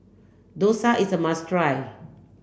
Dosa is a must try